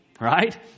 Right